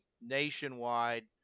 nationwide –